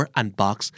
unbox